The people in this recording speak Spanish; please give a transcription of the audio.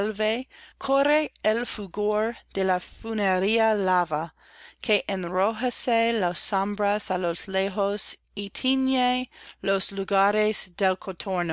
corre el fulgor de la funérea lava que enrojece las sombras á lo lejos y tiñe los lugares